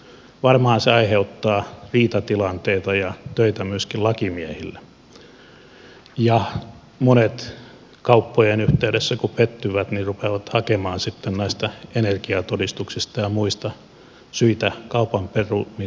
varmaan se aiheuttaa riitatilanteita ja töitä myöskin lakimiehille ja monet kun pettyvät kauppojen yhteydessä rupeavat hakemaan sitten näistä energiatodistuksista ja muista syitä kauppojen perumisille